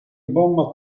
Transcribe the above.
bons